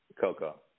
Coco